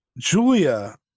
julia